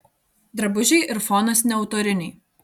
drabužiai ir fonas neautoriniai